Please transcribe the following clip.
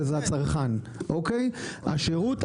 שזה הצרכן השירות,